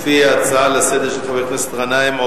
לפי הצעה לסדר-היום של חבר הכנסת גנאים,